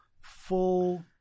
full